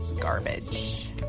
garbage